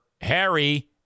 Harry